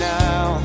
now